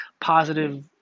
positive